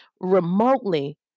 remotely